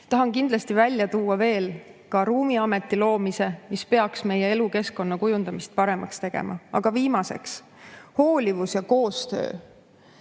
Tahan ka välja tuua ruumiameti loomise, mis peaks meie elukeskkonna kujundamist paremaks tegema. Ja viimaseks: hoolivus ja koostöö.